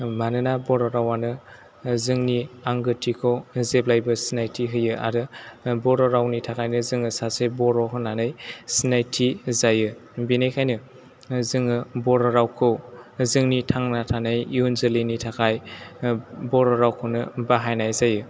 मानोना बर' रावानो जोंनि आंगोथिखौ जेब्लायबो सिनायथि होयो आरो बर' रावनि थाखायनो जोङो सासे बर' होननानै सिनायथि होजायो बिनिखायनो जोङो बर' रावखौ जोंनि थांना थानाय इयुन जोलैनि थाखाय बर' रावखौनो बाहायनाय जायो